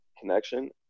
connection